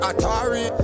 Atari